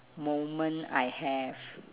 moment I have